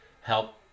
help